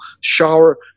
shower